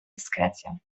dyskrecję